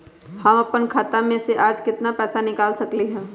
हम अपन खाता में से आज केतना पैसा निकाल सकलि ह?